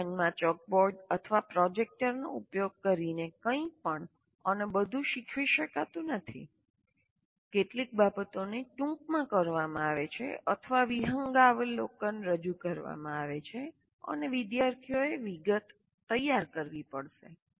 વર્ગખંડમાં ચાકબોર્ડ અથવા પ્રોજેક્ટરનો ઉપયોગ કરીને કંઈપણ અને બધું શીખવી શકાતું નથી કેટલીક બાબતોને ટૂંકમાં કરવામાં આવે છે અથવા વિહંગાવલોકનો રજૂ કરવામાં આવે છે અને વિદ્યાર્થીઓએ વિગતો તૈયાર કરવી પડશે